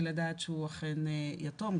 ולדעת שהוא אכן יתום,